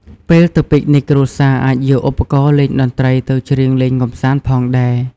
ពេលទៅពិកនិច គ្រួសារអាចយកឧបករណ៍លេងតន្ត្រីទៅច្រៀងលេងកម្សាន្តផងដែរ។